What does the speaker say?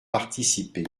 participé